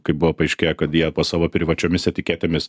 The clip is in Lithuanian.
kaip buvo paaiškėję kad jie savo privačiomis etiketėmis